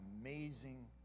amazing